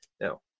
Now